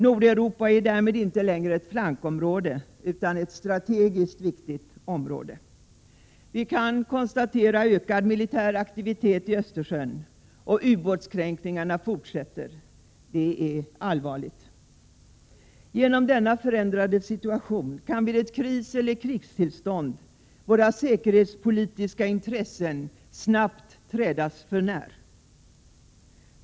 Nordeuropa är därmed inte längre ett flankområde utan ett strategiskt viktigt område. Vi kan konstatera ökad militär aktivitet i Östersjön. Och ubåtskränkningarna fortsätter. Det är allvarligt. Genom denna förändrade situation kan vid ett kriseller krigstillstånd våra säkerhetspolitiska intressen snabbt trädas för när.